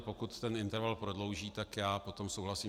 Pokud ten interval prodlouží, tak já s tím souhlasím.